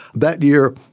that year,